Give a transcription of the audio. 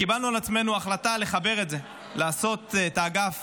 קיבלנו על עצמנו החלטה לחבר את זה, לעשות את האגף